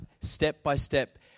step-by-step